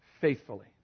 Faithfully